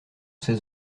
ses